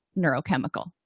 neurochemical